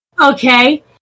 okay